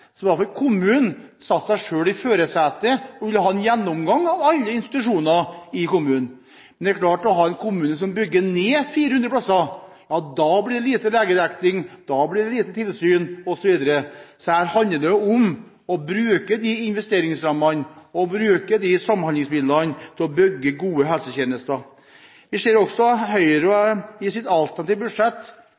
i førersetet og vil ha en gjennomgang av alle institusjonene i kommunen. Men det er klart at hvis man har en kommune som bygger ned 400 plasser, ja da blir det lite legedekning, da blir det lite tilsyn, osv. Så her handler det om å bruke investeringsrammene og samhandlingsmidlene til å bygge gode helsetjenester. Vi ser også at Høyre i sitt alternative budsjett